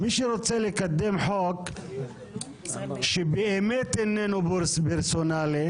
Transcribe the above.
אני אומרת: באיזו מדינה מתוקנת המציאויות האלה מתחברות ביחד?